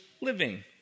living